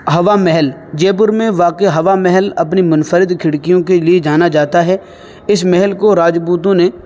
ہوا محل جے پور میں واقع ہوا محل اپنی منفرد کھڑکیوں کے لیے جانا جاتا ہے اس محل کو راجپوتوں نے